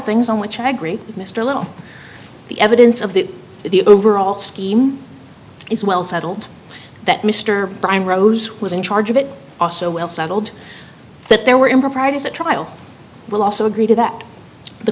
things on which i agree with mr little the evidence of the the overall scheme is well settled that mr brime rose was in charge of it also well settled that there were improprieties at trial will also agree to that the